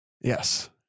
yes